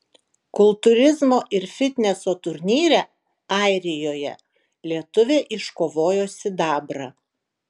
kultūrizmo ir fitneso turnyre airijoje lietuvė iškovojo sidabrą